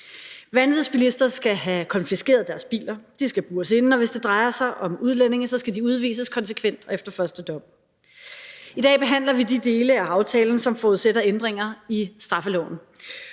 Vanvidsbilister skal have konfiskeret deres biler, de skal bures inde, og hvis det drejer sig om udlændinge, skal de udvises konsekvent og efter første dom. I dag behandler vi de dele af aftalen, som forudsætter ændringer i straffeloven,